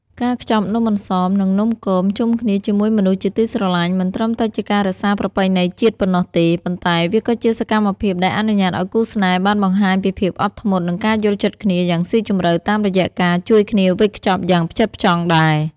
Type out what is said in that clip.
ការខ្ចប់នំអន្សម និងនំគមជុំគ្នាជាមួយមនុស្សជាទីស្រឡាញ់ មិនត្រឹមតែជាការរក្សាប្រពៃណីជាតិប៉ុណ្ណោះទេ ប៉ុន្តែវាក៏ជាសកម្មភាពដែលអនុញ្ញាតឱ្យគូស្នេហ៍បានបង្ហាញពីភាពអត់ធ្មត់ និងការយល់ចិត្តគ្នាយ៉ាងស៊ីជម្រៅតាមរយៈការជួយគ្នាវេចខ្ចប់យ៉ាងផ្ចិតផ្ចង់ដែរ។